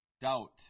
doubt